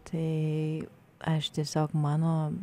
tai aš tiesiog mano